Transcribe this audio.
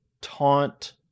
taunt